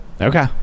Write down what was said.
Okay